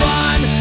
one